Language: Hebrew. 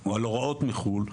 או על הוראות מחו"ל,